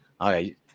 okay